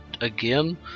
Again